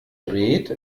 dreht